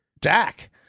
Dak